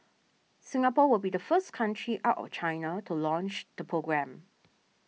Singapore will be the first country out of China to launch the programme